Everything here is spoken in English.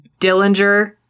Dillinger